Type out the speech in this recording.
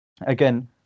again